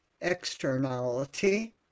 externality